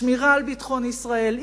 שמירה על ביטחון ישראל,